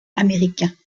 américain